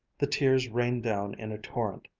the tears rained down in a torrent.